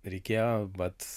reikėjo vat